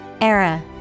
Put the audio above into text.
Era